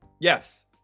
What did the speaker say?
Yes